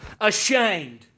Ashamed